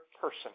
person